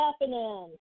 happening